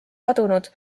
kadunud